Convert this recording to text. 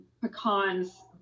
pecans